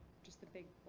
just the big